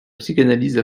psychanalyse